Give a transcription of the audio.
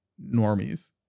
normies